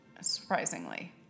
surprisingly